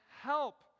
help